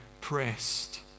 pressed